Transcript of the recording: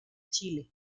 chile